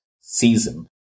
season